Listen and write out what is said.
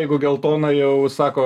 jeigu geltoną jau sako